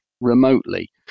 remotely